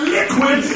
liquid